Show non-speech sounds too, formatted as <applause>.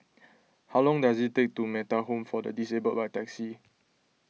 <noise> how long does it take to Metta Home for the Disabled by taxi